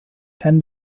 tend